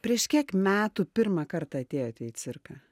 prieš kiek metų pirmą kartą atėjote į cirką